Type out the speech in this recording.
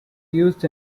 used